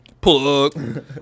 Plug